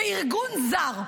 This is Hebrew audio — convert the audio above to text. בארגון זר.